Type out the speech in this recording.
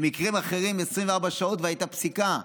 במקרים אחרים, 24 שעות והייתה פסיקה.